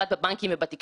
לקח אחריות,